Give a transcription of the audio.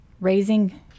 raising